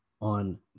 on